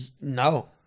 No